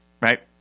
Right